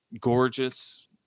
gorgeous